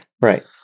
right